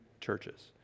churches